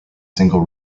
single